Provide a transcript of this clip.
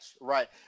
Right